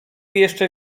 jeszcze